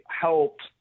helped